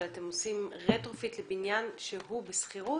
אבל אתם עושים רטרופיט לבניין שהוא בשכירות?